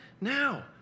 now